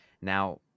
Now